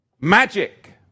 magic